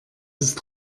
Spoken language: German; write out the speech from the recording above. ist